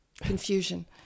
confusion